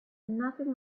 nothing